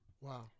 Wow